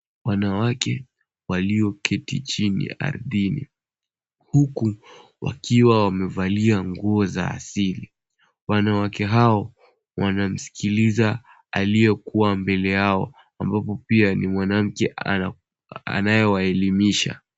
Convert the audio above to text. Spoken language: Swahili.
Wanawake walioketi chini ardhini huku wakiwa wamevalia nguo za asili. Wanawake hao wanamskiliza aliyekuwa mbele yao ambapo pia ni mwanamke anayewaelimisha.